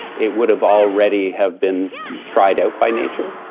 it would have already have been tried out by nature.